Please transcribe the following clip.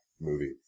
movie